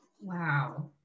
Wow